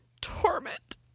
torment